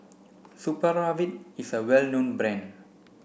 Supravit is a well known brand